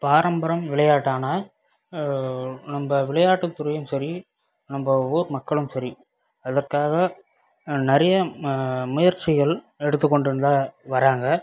பாரம்பரம் விளையாட்டான நம்ப விளையாட்டு துறையும் சரி நம் ஊர் மக்களும் சரி அதற்காக நிறைய முயற்சிகள் எடுத்துக்கொண்டுட்டு தான் வராங்க